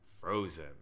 Frozen